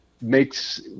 makes